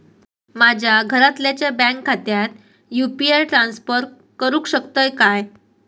माझ्या घरातल्याच्या बँक खात्यात यू.पी.आय ट्रान्स्फर करुक शकतय काय?